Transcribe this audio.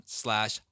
slash